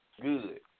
Good